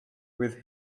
with